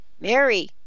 Mary